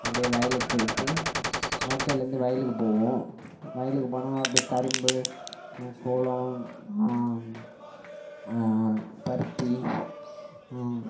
அப்படியே வயலுக்கு போய்விட்டு வாய்க்கால்லேருந்து வயலுக்கு போகும் வயலுக்கு போனால் அப்படியே கரும்பு சோளம் பருத்தி